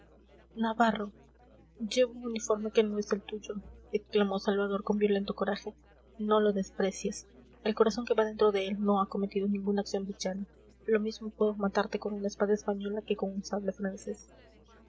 navarro llevo un uniforme que no es el tuyo exclamó salvador con violento coraje no lo desprecies el corazón que va dentro de él no ha cometido ninguna acción villana lo mismo puedo matarte con una espada española que con un sable francés